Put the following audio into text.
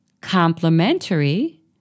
complementary